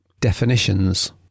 Definitions